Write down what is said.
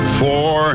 four